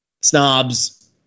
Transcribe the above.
snobs